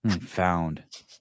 Found